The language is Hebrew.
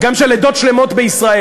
גם של עדות שלמות בישראל?